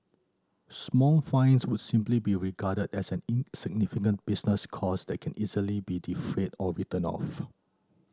small fines would simply be regarded as an insignificant business cost that can easily be defrayed or written off